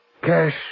Cash